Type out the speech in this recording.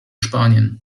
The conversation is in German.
spanien